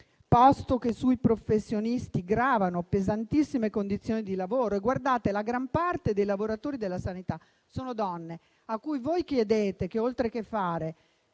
posto che sui professionisti gravano pesantissime condizioni di lavoro. Guardate che la gran parte dei lavoratori della sanità sono donne, a cui chiedete, oltre che di fare